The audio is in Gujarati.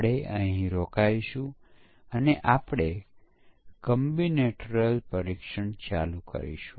તે ચર્ચા આગામી સત્રમાં કરીશું